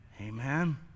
Amen